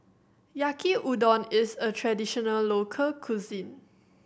Yaki Udon is a traditional local cuisine